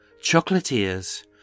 chocolatiers